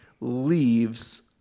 leaves